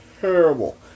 terrible